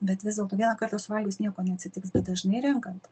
bet vis dėlto vieną kartą suvalgius nieko neatsitiks bet dažnai renkant